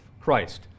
Christ